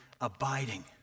abiding